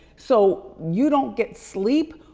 so you don't get sleep.